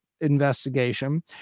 investigation